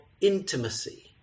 intimacy